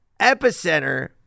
epicenter